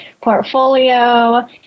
portfolio